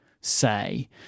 say